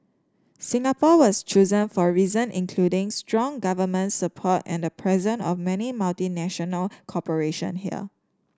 Singapore was chosen for reason including strong government support and the presence of many multinational corporation here